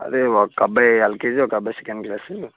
అదే ఒక అబ్బాయి ఎల్కేజి ఒక అబ్బాయి సెకండ్ క్లాసు